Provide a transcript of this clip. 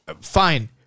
fine